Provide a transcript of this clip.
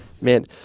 Man